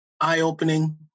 Eye-opening